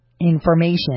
information